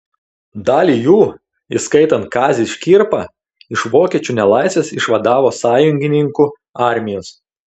dalį jų įskaitant kazį škirpą iš vokiečių nelaisvės išvadavo sąjungininkų armijos